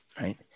right